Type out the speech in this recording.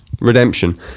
redemption